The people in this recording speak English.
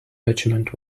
regiment